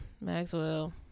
Maxwell